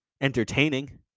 entertaining